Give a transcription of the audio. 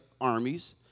armies